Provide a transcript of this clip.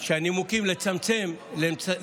אז מה כן?